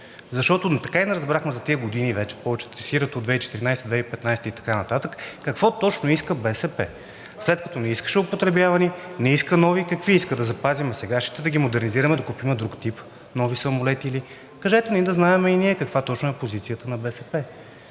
Защото така и не разбрахме за тези години вече, повечето се цитират от 2014 г., 2015 г. и така нататък, какво точно иска БСП? След като не искаше употребявани, не иска нови, какви иска – да запазим сегашните, да ги модернизираме, да купим друг тип нови самолети ли? Кажете ни да знаем и ние каква точно е позицията на БСП,